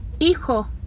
Hijo